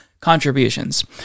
contributions